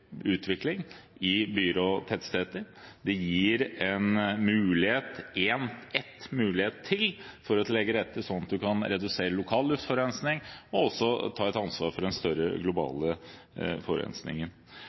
utvikling i byer og tettsteder. Det gir en mulighet til å legge til rette for å redusere lokal luftforurensning og også ta et ansvar for den større